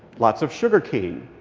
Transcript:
lots of sugarcane.